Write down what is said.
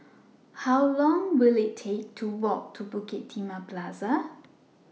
How Long Will IT Take to Walk to Bukit Timah Plaza